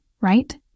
right